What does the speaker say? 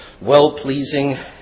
well-pleasing